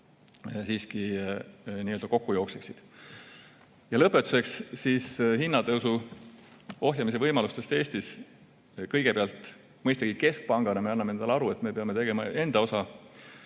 siiski nii-öelda kokku jookseksid. Ja lõpetuseks siis hinnatõusu ohjamise võimalustest Eestis. Kõigepealt mõistagi me keskpangana anname endale aru, et me peame tegema enda osa.